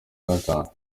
gatanu